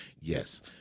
Yes